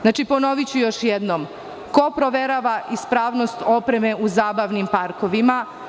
Znači, ponoviću još jednom, ko proverava ispravnost opreme u zabavnim parkovima?